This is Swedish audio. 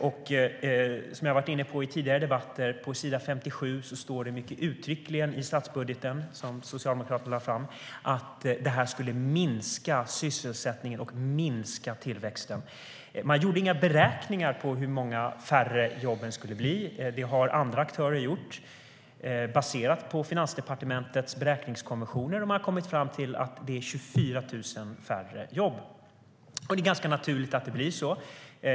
Som jag har varit inne på i tidigare debatter står det uttryckligen på s. 57 i statsbudgeten som Socialdemokraterna lade fram att det skulle minska sysselsättningen och minska tillväxten. Det är ganska naturligt att det blir så.